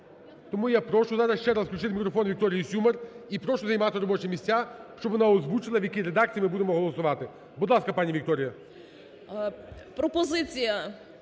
Тому я прошу зараз ще раз включити мікрофон Вікторії Сюмар. І прошу займати робочі місця, щоб вона озвучила, в якій редакції ми будемо голосувати. Будь ласка, пані Вікторія. 17:41:44